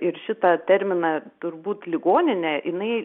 ir šitą terminą turbūt ligoninė jinai